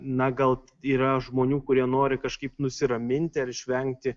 na gal yra žmonių kurie nori kažkaip nusiraminti ar išvengti